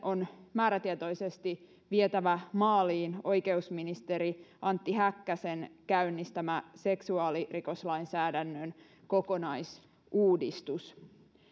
on määrätietoisesti vietävä maaliin oikeusministeri antti häkkäsen käynnistämä seksuaalirikoslainsäädännön kokonaisuudistus